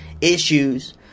issues